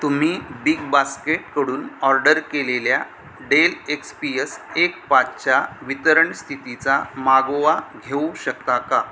तुम्ही बिगबास्केटकडून ऑर्डर केलेल्या डेल एक्स पी यस एक पाचच्या वितरण स्थितीचा मागोवा घेऊ शकता का